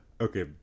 Okay